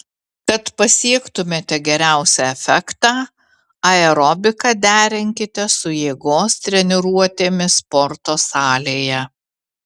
kad pasiektumėte geriausią efektą aerobiką derinkite su jėgos treniruotėmis sporto salėje